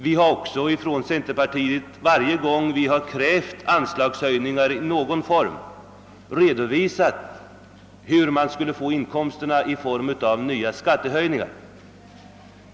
Från centerpartiets sida har vi också varje gång som vi krävt anslagshöjningar i någon form redovisat hur man skulle få medel härför i form av nya skattehöjningar.